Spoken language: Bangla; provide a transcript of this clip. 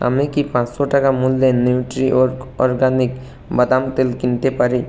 আমি কি পাঁচশো টাকা মূল্যের নিউট্রিঅর্গ অরগ্যানিক বাদাম তেল কিনতে পারি